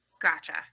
Gotcha